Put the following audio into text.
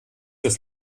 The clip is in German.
das